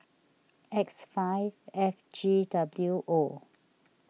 X five F G W O